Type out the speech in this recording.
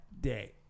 day